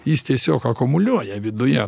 jis tiesiog akumuliuoja viduje